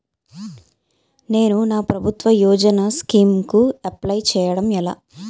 నేను నా ప్రభుత్వ యోజన స్కీం కు అప్లై చేయడం ఎలా?